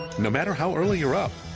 no matter how early you're up.